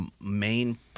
main